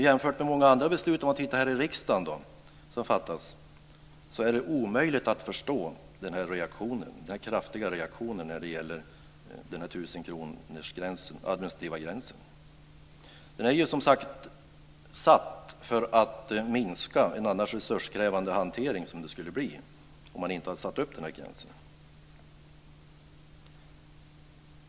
Jämfört med många andra beslut som fattas här i riksdagen är det omöjligt att förstå den här kraftiga reaktionen när det gäller denna administrativa gräns på 1 000 kr. Den är ju som sagt satt för att minska en annars resurskrävande hantering som det skulle bli om man inte hade satt denna gräns.